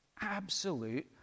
absolute